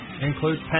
includes